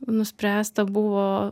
nuspręsta buvo